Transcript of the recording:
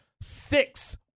six